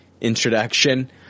introduction